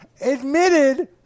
admitted